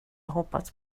hoppats